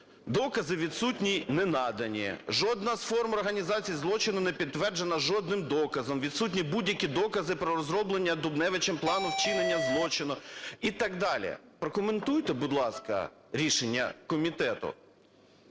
докази відсутні, не надані, жодна з форм організації злочину не підтверджена жодним доказом, відсутні будь-які докази про розроблення Дубневичем плану вчинення злочину і так далі. Прокоментуйте, будь ласка, рішення комітету.